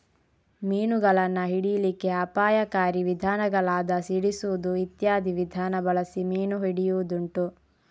ಮೀನುಗಳನ್ನ ಹಿಡೀಲಿಕ್ಕೆ ಅಪಾಯಕಾರಿ ವಿಧಾನಗಳಾದ ಸಿಡಿಸುದು ಇತ್ಯಾದಿ ವಿಧಾನ ಬಳಸಿ ಮೀನು ಹಿಡಿಯುದುಂಟು